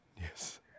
Yes